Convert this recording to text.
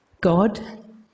God